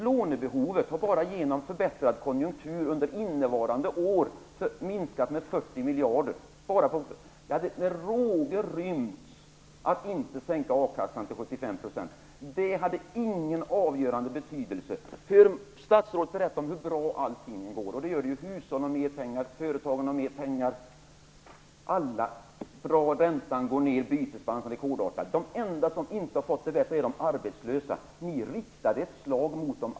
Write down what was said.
Lånebehovet har bara genom förbättrad konjunktur under innevarande år minskat med 40 miljarder. Det hade med råge kunnat rymmas att inte sänka akassan till 75 %. Det hade ingen avgörande betydelse. Statsrådet berättar om hur bra allting går, och det gör det ju. Hushållen har mer pengar, och företagen har mer pengar. Räntan går ned och bytesbalansen är rekordartad. De enda som inte har fått det bättre är de arbetslösa. Ni riktar ett slag mot dem.